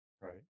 right